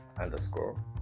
underscore